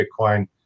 Bitcoin